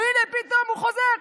והינה פתאום הוא חוזר.